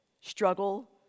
struggle